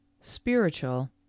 spiritual